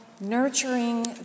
nurturing